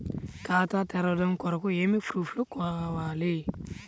ఖాతా తెరవడం కొరకు ఏమి ప్రూఫ్లు కావాలి?